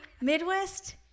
Midwest